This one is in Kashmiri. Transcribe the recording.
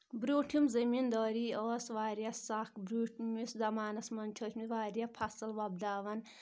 برونٛٹھِم زٔمیٖندٲری ٲس واریاہ سکھ برونٛٹھمِس زمانس منٛز چھِ ٲسۍ مٕتۍ واریاہ فصٕل وۄپداوَان